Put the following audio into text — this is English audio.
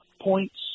points